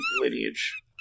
lineage